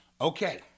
Okay